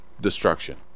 Destruction